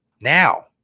Now